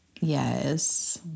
Yes